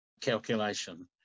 calculation